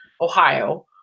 Ohio